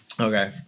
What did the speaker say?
Okay